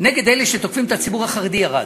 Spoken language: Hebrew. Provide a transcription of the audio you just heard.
נגד אלה שתוקפים את הציבור החרדי, ירד.